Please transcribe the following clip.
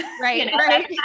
right